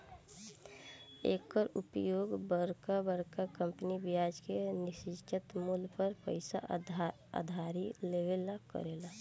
एकर उपयोग बरका बरका कंपनी ब्याज के निश्चित मूल पर पइसा उधारी लेवे ला करेले